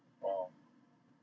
oh